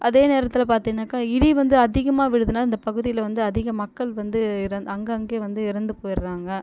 அதே நேரத்தில் பார்த்தீங்கனாக்கா இடி வந்து அதிகமாக விழுதுன்னா இந்த பகுதியில் வந்து அதிக மக்கள் வந்து இறந்து அங்கே அங்கேயே வந்து இறந்து போயிடுறாங்க